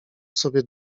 sobie